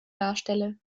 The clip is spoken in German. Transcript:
darstelle